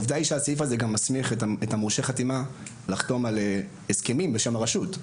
הסעיף הזה מסמיך את מורשי החתימה לחתום על הסכמים בשם הרשות.